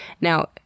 Now